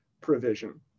provision